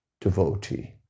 devotee